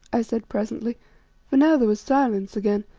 i said presently for now there was silence again,